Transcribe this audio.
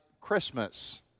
Christmas